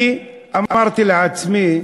אני אמרתי לעצמי,